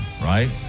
right